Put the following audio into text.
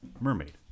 Mermaid